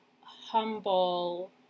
humble